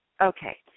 Okay